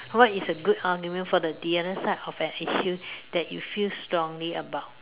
what is a good argument for the other side of an issue that you feel strongly about